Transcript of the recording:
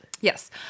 yes